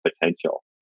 potential